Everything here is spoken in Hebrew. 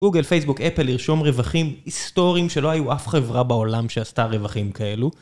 גוגל, פייסבוק, אפל, לרשום רווחים היסטוריים, שלא היו אף חברה בעולם שעשתה רווחים כאלו.